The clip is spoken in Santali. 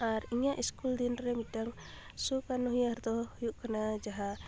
ᱟᱨ ᱤᱧᱟᱹᱜ ᱤᱥᱠᱩᱞ ᱫᱤᱱ ᱨᱮ ᱢᱤᱫᱴᱟᱝ ᱥᱩᱠᱼᱟᱱ ᱩᱭᱦᱟᱹᱨ ᱫᱚ ᱦᱩᱭᱩᱜ ᱠᱟᱱᱟ ᱡᱟᱦᱟᱸ